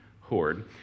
Hoard